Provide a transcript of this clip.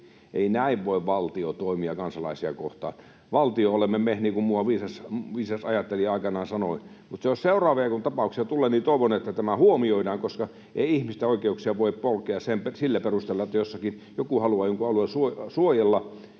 Ei näin voi valtio toimia kansalaisia kohtaan. Valtio olemme me, niin kuin muuan viisas ajattelija aikanaan sanoi. Jos ja kun seuraavia tapauksia tulee, niin toivon, että tämä huomioidaan, koska ei ihmisten oikeuksia voi polkea sillä perusteella, että jossakin joku haluaa jonkun alueen suojella.